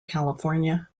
california